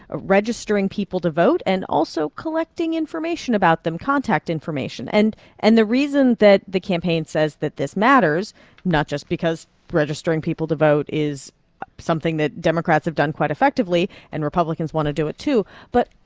registering people to vote and also collecting information about them, contact information and and the reason that the campaign says that this matters not just because registering people to vote is something that democrats have done quite effectively and republicans want to do it, too but,